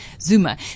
Zuma